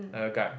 a guy